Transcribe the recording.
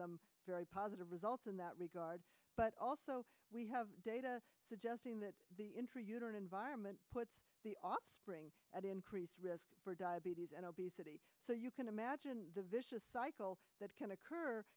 some very positive results in that regard but also we have data suggesting that the intrauterine environment puts the offspring at increased risk for diabetes and obesity so you can imagine the vicious cycle that can occur